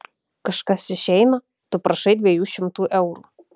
kažkas išeina tu prašai dviejų šimtų eurų